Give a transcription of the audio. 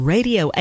Radio